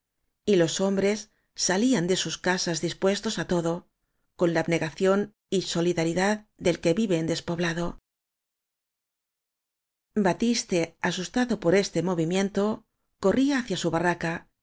y los hombres salían de sus casas dis puestos á todo con la abnegación y solidari dad del que vive en despoblado batiste asustado por este movimiento co rría hacia su barraca